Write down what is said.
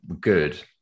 good